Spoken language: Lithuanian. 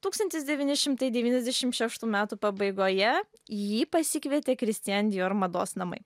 tūkstantis devyni šimtai devyniasdešim šeštų metų pabaigoje jį pasikvietė kristian dijor mados namai